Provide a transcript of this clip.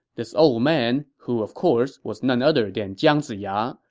this old man, who of course, was none other than jiang ziya,